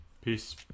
Peace